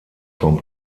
vom